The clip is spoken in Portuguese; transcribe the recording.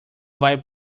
vai